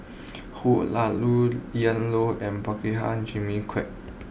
Hoo Ian Loy and Prabhakara Jimmy Quek